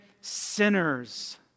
sinners